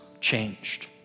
changed